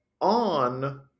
on